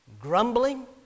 grumbling